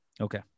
Okay